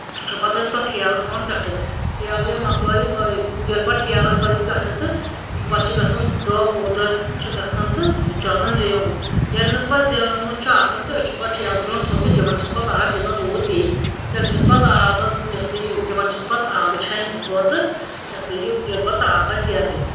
چھِ پَتہٕ ٲسۍ تتھ ٹھیلہٕ تھاوان پٮ۪ٹھٕ ٹھیلہٕ ییٚلہِ مَکلٲیِس تھٔے ییٚلہِ پَتہٕ ٹھیلہٕ تھٲیِس پٮ۪ٹھٕ تہٕ پَتہٕ چھِ گَژھان دہ وُہ دۄہ چھِ گَژھان تہٕ سُہ چھُ آسان زیٚیومُت ییٚلہِ نہٕ پَتہٕ زیٚیومُت چھُ آسان تہٕ أسۍ چھِ پَتہٕ ٹھیلہٕ تُلان تھوٚد تہٕ دِوان چھِس پَتہٕ آب ییٚلہٕ نہٕ روٗد پیٚیہِ تیٚلہِ چھِس پَتہٕ آب حظ یہِ ہَسا یہِ دِوان چھِس پَتہٕ آبہٕ چھانہِ زٕ ژور تہٕ یہِ ہَسا یہِ ییٚلہِ پَتہٕ تاپھ آسہِ تیزٕے